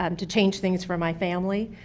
um to change things for my family.